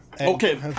Okay